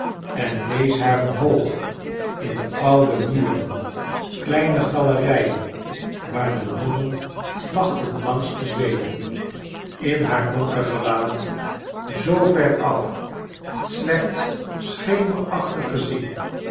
en wees haar omhoog in de oude muren kleine galerijen waar de nonnen plachten langs te zweven in haar donker gewaad zoover af slechts schemerachtig gezien